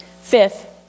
fifth